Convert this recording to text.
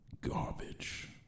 garbage